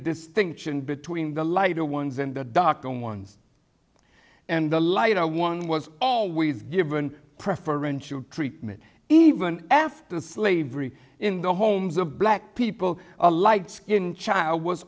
distinction between the lighter ones and the dr on ones and the light one was always given preferential treatment even after slavery in the homes of black people a light skin child was